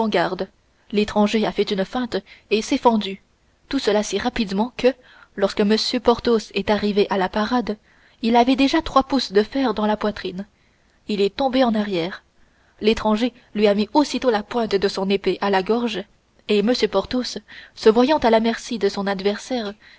l'étranger a fait une feinte et s'est fendu tout cela si rapidement que lorsque m porthos est arrivé à la parade il avait déjà trois pouces de fer dans la poitrine il est tombé en arrière l'étranger lui a mis aussitôt la pointe de son épée à la gorge et m porthos se voyant à la merci de son adversaire